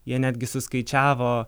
jie netgi suskaičiavo